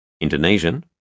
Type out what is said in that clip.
Indonesian